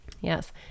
yes